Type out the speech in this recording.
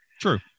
True